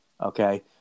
Okay